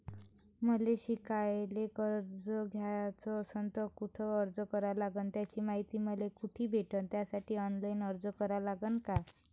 मले शिकायले कर्ज घ्याच असन तर कुठ अर्ज करा लागन त्याची मायती मले कुठी भेटन त्यासाठी ऑनलाईन अर्ज करा लागन का?